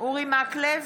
אורי מקלב,